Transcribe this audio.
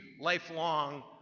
lifelong